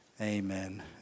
Amen